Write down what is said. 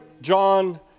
John